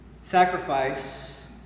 sacrifice